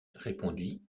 répondit